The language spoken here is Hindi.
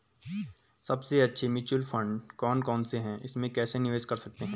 सबसे अच्छे म्यूचुअल फंड कौन कौनसे हैं इसमें कैसे निवेश कर सकते हैं?